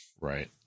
right